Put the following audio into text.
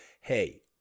Hey